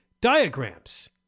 diagrams